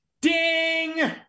Ding